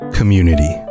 Community